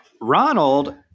Ronald